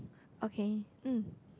okay mm